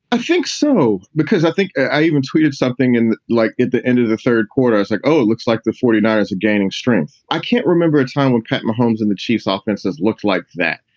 i think so, because i think i even tweeted something in like the end of the third quarter is like, oh, it looks like the forty niners are gaining strength. i can't remember a time when pat mahomes and the chiefs ah offense has looked like that.